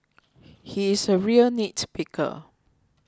he is a real nitpicker